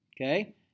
okay